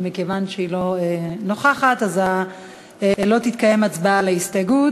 ומכיוון שהיא לא נוכחת לא תתקיים הצבעה על ההסתייגות.